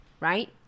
right